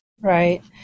Right